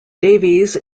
davies